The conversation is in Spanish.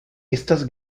estas